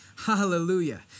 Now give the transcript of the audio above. Hallelujah